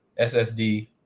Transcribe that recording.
SSD